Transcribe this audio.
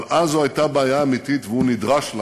אבל אז זו הייתה בעיה אמיתית, והוא נדרש לה.